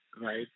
right